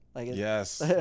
Yes